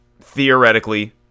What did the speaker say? theoretically